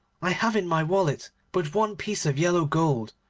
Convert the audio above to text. i have in my wallet but one piece of yellow gold,